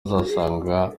uzasanga